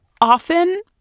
often